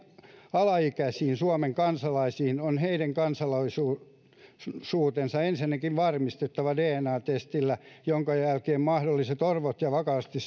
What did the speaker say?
alaikäisiin suomen kansalaisiin on heidän kansalaisuutensa ensinnäkin varmistettava dna testillä jonka jälkeen mahdolliset orvot ja vakavasti